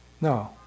No